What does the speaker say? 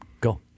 go